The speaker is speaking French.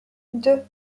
deux